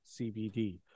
CBD